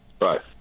Right